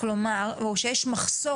כלומר ברור שהשאלה הזו של מחסור